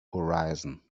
horizon